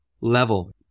level